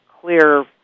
clear